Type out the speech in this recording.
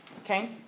okay